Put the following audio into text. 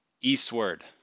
eastward